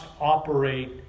operate